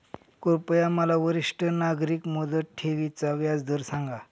कृपया मला वरिष्ठ नागरिक मुदत ठेवी चा व्याजदर सांगा